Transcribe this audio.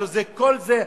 הלוא כל זה,